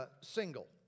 single